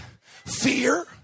Fear